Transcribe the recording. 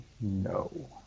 no